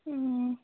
उम्